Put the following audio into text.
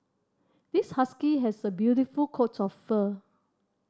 this husky has a beautiful coat of fur